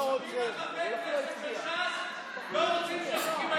חברים שלך לא רוצים את החוק, קרן.